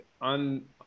on